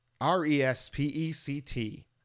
R-E-S-P-E-C-T